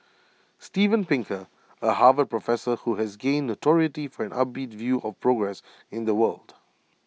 Steven Pinker A Harvard professor who has gained notoriety for an upbeat view of progress in the world